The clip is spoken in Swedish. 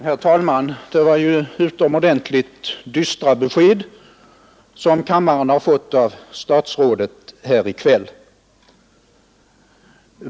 Herr talman! Det var ju utomordentligt dystra besked som kammaren har fått av statsrådet här i kväll.